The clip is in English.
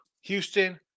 Houston